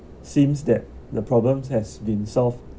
seems that the problems has been solved